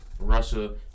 Russia